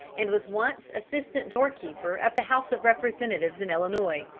and was once assistant door-keeper of the house of representatives in illinois.